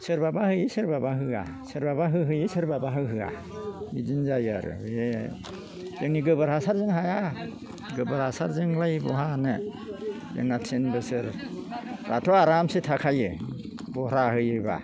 सोरबाबा होयो सोरबाबा होआ सोरबाबा होहोयो सोरबाबा होहोआ बिदिनो जायो आरो जोंनि गोबोर हासारजों हाया गोबोर हासारजोंलाय बहा हानो जोंना तिन बोसोराथ' आरामसे थाखायो बहरा होयोब्ला